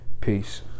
Peace